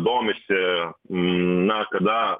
domisi na kada